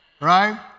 right